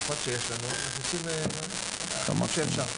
בכוחות שיש לנו אנחנו עושים הכי טוב שאפשר.